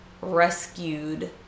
rescued